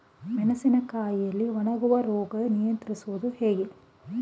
ಮೆಣಸಿನ ಕಾಯಿಯಲ್ಲಿ ಕಾಯಿ ಒಣಗುವ ರೋಗ ನಿಯಂತ್ರಿಸುವುದು ಹೇಗೆ?